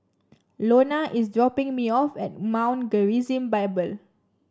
Lonna is dropping me off at Mount Gerizim Bible